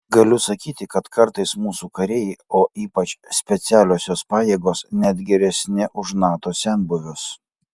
galiu sakyti kad kartais mūsų kariai o ypač specialiosios pajėgos net geresni už nato senbuvius